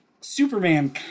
superman